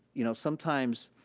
you know, sometimes,